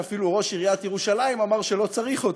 שאפילו ראש עיריית ירושלים אמר שלא צריך אותו.